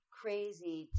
crazy